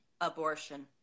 Abortion